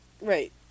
right